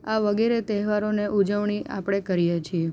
આ વગેરે તહેવારોને ઉજવણી આપણે કરીએ છીએ